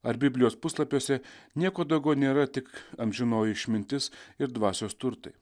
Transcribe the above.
ar biblijos puslapiuose nieko daugiau nėra tik amžinoji išmintis ir dvasios turtai